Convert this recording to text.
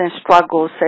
struggles